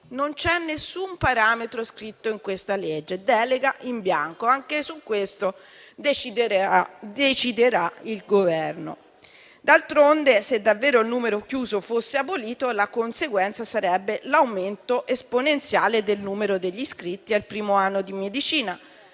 scritto alcun parametro: è una delega in bianco e anche su questo deciderà il Governo. D'altronde, se davvero il numero chiuso fosse abolito, la conseguenza sarebbe l'aumento esponenziale del numero degli iscritti al primo anno di medicina,